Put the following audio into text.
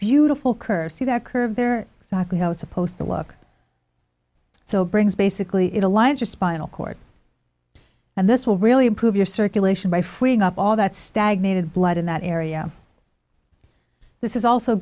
beautiful curve see that curve there so i can how it's supposed to look so brings basically it aligns your spinal cord and this will really improve your circulation by freeing up all that stagnated blood in that area this is also